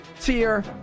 tier